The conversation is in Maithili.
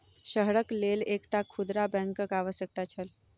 शहरक लेल एकटा खुदरा बैंकक आवश्यकता छल